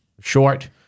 short